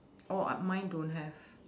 oh mine don't have